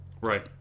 Right